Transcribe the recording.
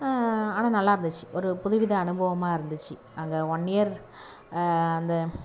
ஆனால் நல்லாருந்துச்சு ஒரு புது வித அனுபவமாக இருந்துச்சு அங்கே ஒன் இயர் அந்த